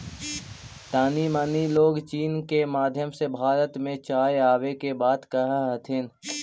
तानी मनी लोग चीन के माध्यम से भारत में चाय आबे के बात कह हथिन